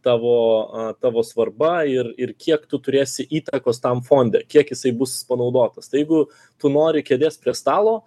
tavo a tavo svarba ir ir kiek tu turėsi įtakos tam fonde kiek jisai bus panaudotas tai jeigu tu nori kėdės prie stalo